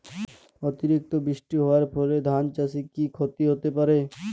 অতিরিক্ত বৃষ্টি হওয়ার ফলে ধান চাষে কি ক্ষতি হতে পারে?